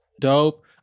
dope